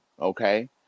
okay